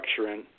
structuring